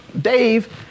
Dave